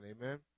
Amen